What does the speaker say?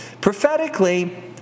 prophetically